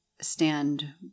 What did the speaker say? stand